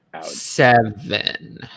seven